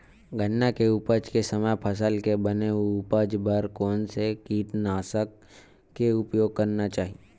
गन्ना के उपज के समय फसल के बने उपज बर कोन से कीटनाशक के उपयोग करना चाहि?